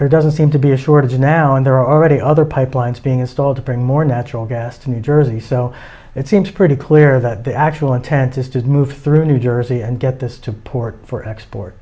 but doesn't seem to be a shortage now and there are already other pipelines being installed to bring more natural gas to new jersey so it seems pretty clear that the actual intent is to move through new jersey and get this to port for export